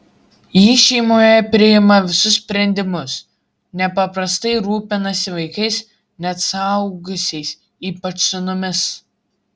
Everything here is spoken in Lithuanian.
ji šeimoje priima visus sprendimus nepaprastai rūpinasi vaikais net suaugusiais ypač sūnumis